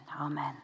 Amen